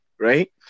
right